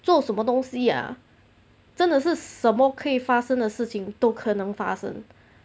做什么东西呀真的是什么可以发生的事情都可能发生